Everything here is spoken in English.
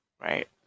right